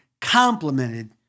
complemented